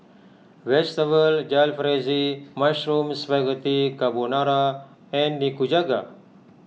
Vegetable Jalfrezi Mushroom Spaghetti Carbonara and Nikujaga